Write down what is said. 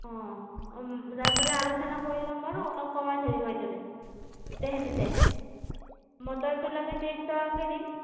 অঁ যায় পেলাই আলোচনা কৰি ল'ম বাৰু অলপ কমাই ধৰিব এইটোতে গোটেইখিনিতে মটৰটো লাগে তেইছ টকাকৈ দিম